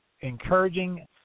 encouraging